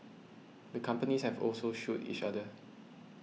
the companies have also sued each other